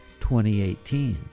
2018